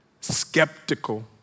skeptical